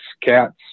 cats